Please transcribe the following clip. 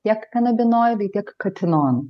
tiek kanabinoidai tiek katinonai